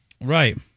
Right